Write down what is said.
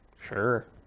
Sure